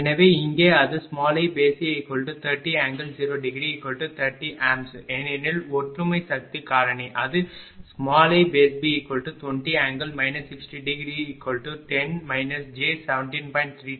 எனவே இங்கே அது iA30∠0°30 A ஏனெனில் ஒற்றுமை சக்தி காரணி அதுiB20∠ 60°10 j17